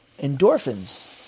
endorphins